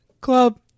club